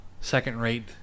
second-rate